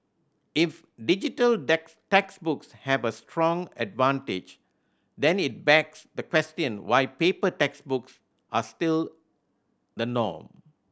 if digital textbooks have a strong advantage then it begs the question why paper textbooks are still the norm